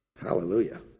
Hallelujah